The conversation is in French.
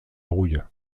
rouille